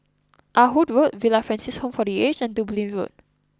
Ah Hood Road Villa Francis Home for the Aged and Dublin Road